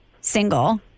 single